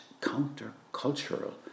counter-cultural